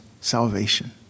salvation